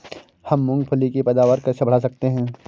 हम मूंगफली की पैदावार कैसे बढ़ा सकते हैं?